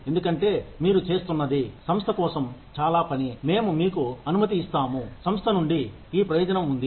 ఎందుకంటే మీరు చేస్తున్నది సంస్థ కోసం చాలా పని మేము మీకు అనుమతి ఇస్తాము సంస్థ నుండి ఈ ప్రయోజనం ఉంది